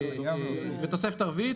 בתוספת הרביעית,